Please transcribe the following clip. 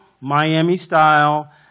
Miami-style